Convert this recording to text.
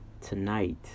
Tonight